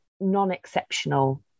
non-exceptional